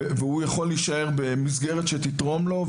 והוא יכול להישאר במסגרת שתתרום לו,